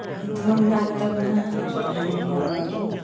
ᱱᱤᱛᱦᱚᱸ ᱢᱮᱱᱟᱜ ᱜᱮᱛᱟ ᱵᱚᱱᱟ ᱟᱨ ᱛᱟᱦᱮᱱ ᱜᱮᱭᱟ ᱚᱱᱟᱫᱚ